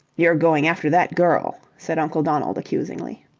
you're going after that girl, said uncle donald, accusingly.